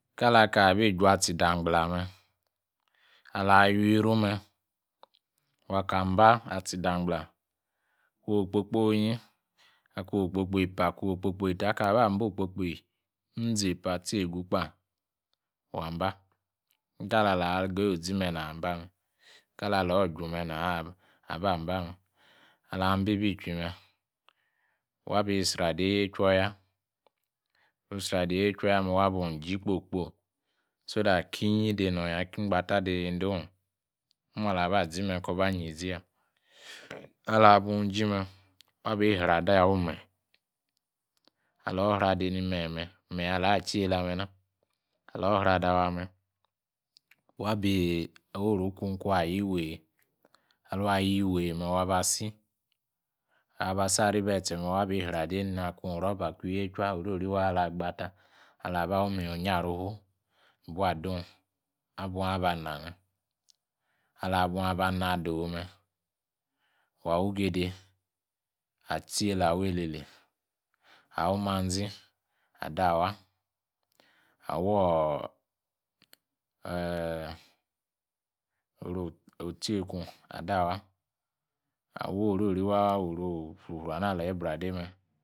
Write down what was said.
Kalaka abi jna atsindangbala me'. Alawi’ ku me' waka mba atsi ndangbala. Ak'un okpokponyi, akun okpokpo epa, akun okpokpo eta. Akaa abanba okpokpo nzepa atsi egu kpa, waanba ikalalangange ozime naa uba me, i ka lalo ju naa! uba me'. Alababi itchi me, wa bi izrade ni yechwoya, wabun jee kpoyikpoyi, so that king, de nonya, kingba de yiendon omu alaba zi me ko ba inyi ziya alabunjime, wa bi Sira da wiemenyi. sra deni alo sro manyi mé (menyi aloa tsi yela me! na'), alosta da wa me wa biji wa woru ikun kuayi wei. alun ayi wei me, wa ba si. alaba tsi aribetse me wa bi isra de hi iroba alagba kan ye chuni orori wa alagba ta alaha ba wi manji onyarufu aba dun aba na me'. Alaban abana do me, waon atsi ela awa elele, wa igede ar wilmmanzi ada adawa, awoor le orio tsikun adawa. Awoh oroni wa, orilfrufru aleyi brugde me'